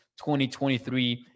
2023